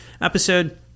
episode